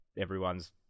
everyone's